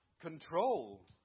control